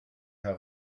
herr